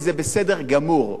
וזה בסדר גמור.